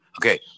Okay